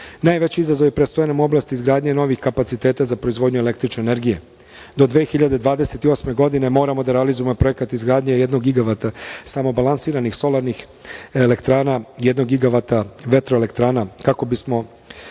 Najveći izazovi predstoje nam u oblasti izgradnje novih kapaciteta za proizvodnju električne energije. Do 2028. godine moramo da realizujemo projekat izgradnje jednog gigavata samobalansiranih solarnih elektrana, jednog gigavata vetroelektrana, kako bismo